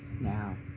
Now